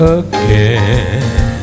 again